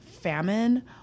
Famine